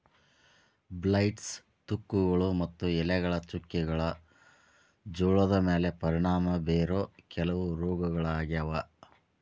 blights, ತುಕ್ಕುಗಳು ಮತ್ತು ಎಲೆಗಳ ಚುಕ್ಕೆಗಳು ಜೋಳದ ಮ್ಯಾಲೆ ಪರಿಣಾಮ ಬೇರೋ ಕೆಲವ ರೋಗಗಳಾಗ್ಯಾವ